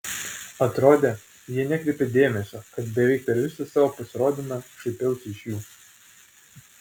atrodė jie nekreipia dėmesio kad beveik per visą savo pasirodymą šaipiausi iš jų